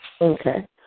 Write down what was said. Okay